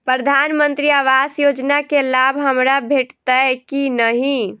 प्रधानमंत्री आवास योजना केँ लाभ हमरा भेटतय की नहि?